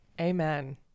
Amen